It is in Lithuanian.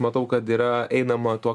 matau kad yra einama tuo